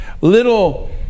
Little